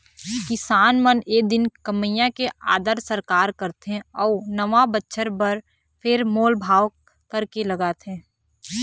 किसान मन ए दिन कमइया के आदर सत्कार करथे अउ नवा बछर बर फेर मोल भाव करके लगाथे